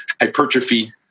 hypertrophy